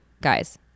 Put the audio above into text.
guys